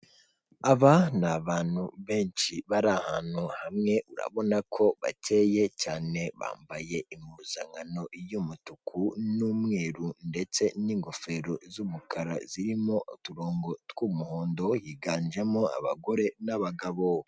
Aba abantu benshi bari ahantu hamwe urabona ko bakenye cyane. Bambaye impuzankano y'umutuku n'umweru ndetse n'ingofero z'umukara zirimo uturongo tw'umuhondo, yiganjemo abagore n'abagabo.